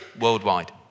worldwide